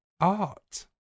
art